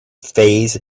phase